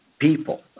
people